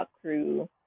crew